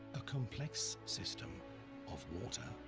a complex system of water,